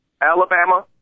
Alabama